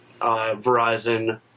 Verizon